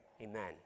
Amen